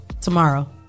tomorrow